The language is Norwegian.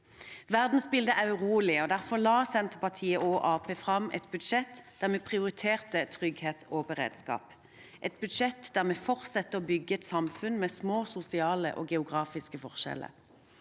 Verdensbildet er urolig, og derfor la Senterpartiet og Arbeiderpartiet fram et budsjett der vi prioriterer trygghet og beredskap, et budsjett der vi fortsetter å bygge et samfunn med små sosiale og geografiske forskjeller.